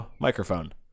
microphone